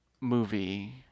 movie